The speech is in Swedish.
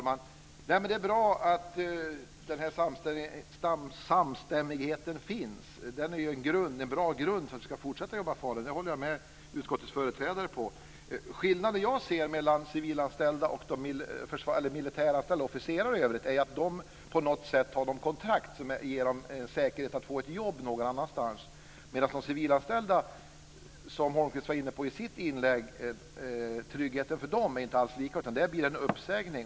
Fru talman! Det är bra att den här samstämmigheten finns. Den är en bra grund för att fortsätta jobba i Falun. Det håller jag med utskottets majoritetsföreträdare om. Den skillnad som jag ser mellan civilanställda och anställda officerare är att de sistnämnda har kontrakt som ger dem en säkerhet att få jobb någon annanstans. Tryggheten för de civilanställda, som Abramsson var inne på i sitt inlägg, är inte alls lika. Där blir det en uppsägning.